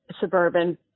suburban